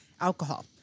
alcohol